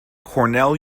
cornell